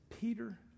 Peter